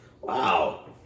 Wow